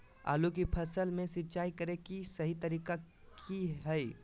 आलू की फसल में सिंचाई करें कि सही तरीका की हय?